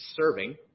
serving